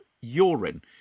urine